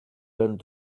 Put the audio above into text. burned